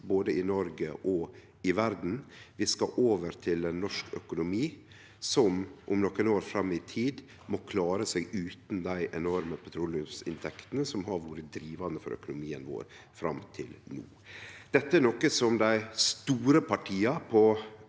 både i Noreg og i verda. Vi skal over til ein norsk økonomi som om nokre år fram i tid må klare seg utan dei enorme petroleumsinntektene som har vore drivande for økonomien vår fram til no. Dette er noko som dei store partia på